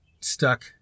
stuck